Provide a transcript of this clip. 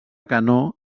canó